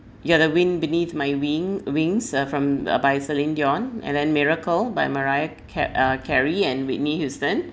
you are the wind beneath my wing wings uh from uh by celine dion and then miracle by mariah ca~ uh carey and whitney houston